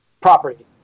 property